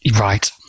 Right